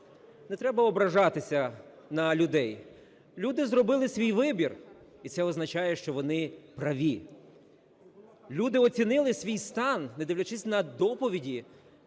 Не треба ображатися на людей. Люди зробили свій вибір, і це означає, що вони праві. Люди оцінили свій стан, не дивлячись на доповіді,